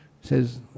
says